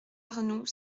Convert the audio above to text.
arnoult